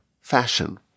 fashion